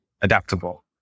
adaptable